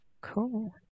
cool